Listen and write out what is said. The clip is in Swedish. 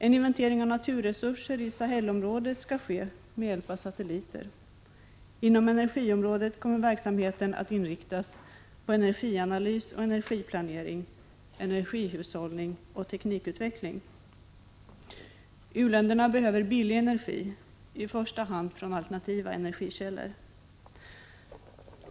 En inventering av naturresurser i Sahelområdet skall ske med hjälp av satelliter. Inom energiområdet kommer verksamheten att inriktas på energianalys och energiplanering, energihushållning och teknikutveckling. U länderna behöver billig energi från i första hand alternativa energikällor.